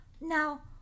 Now